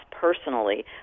personally